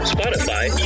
Spotify